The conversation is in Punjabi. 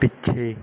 ਪਿੱਛੇ